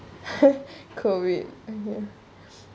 COVID ah ya